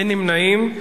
אין נמנעים.